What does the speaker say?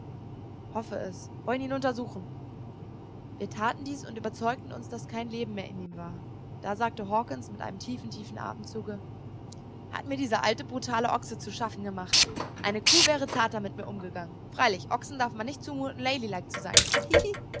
hoffe es wollen ihn untersuchen wir taten dies und überzeugten uns daß kein leben mehr in ihm war da sagte hawkens mit einem tiefen tiefen atemzuge hat mir dieser alte brutale ochse zu schaffen gemacht eine kuh wäre zarter mit mir umgegangen freilich ochsen darf man nicht zumuten ladylike zu sein